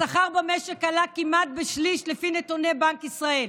השכר במשק עלה כמעט בשליש, לפי נתוני בנק ישראל,